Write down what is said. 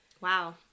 Wow